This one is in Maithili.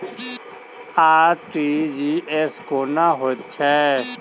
आर.टी.जी.एस कोना होइत छै?